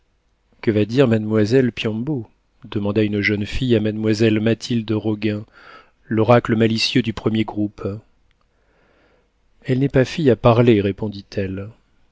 que va dire mademoiselle piombo demanda une jeune fille à mademoiselle mathilde roguin l'oracle malicieux du premier groupe elle n'est pas fille à parler